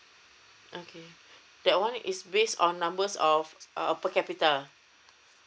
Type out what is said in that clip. okay that one is base on numbers of a per capita lah